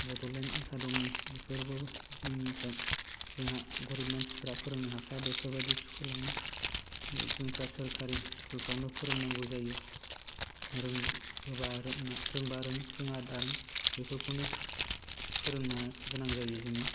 Bodoland Academy बेफोराव जोंनिफ्राय गरिब मानसिफ्रा फोरोंनो हाखाया बेफोरबायदि स्कुलाव जोंफ्रा सोरकारि स्कुलफ्रावनो फोरोंनांगौ जायो रोंबा रों रोङाबा दारों बेफोरखौनो फोरोंनो गोनां जायो जोङो